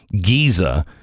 giza